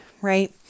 right